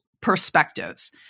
perspectives